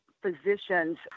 physicians